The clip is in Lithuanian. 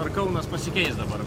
ar kaunas pasikeis dabar